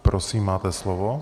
Prosím, máte slovo.